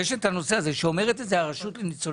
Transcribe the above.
יש את הנושא הזה שאומרת את זה הרשות לניצולי